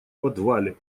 подвале